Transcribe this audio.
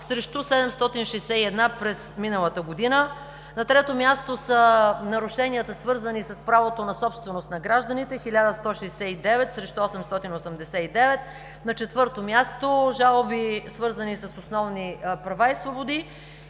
срещу 761 през 2015 г. На трето място са нарушенията, свързани с правото на собственост на гражданите – 1169 срещу 889. На четвърто място, жалби, свързани с основни права и свободи.